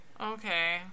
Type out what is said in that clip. Okay